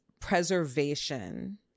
preservation